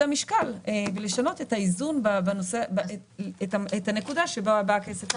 המשקל ולשנות את הנקודה שבה הכסף נמצא.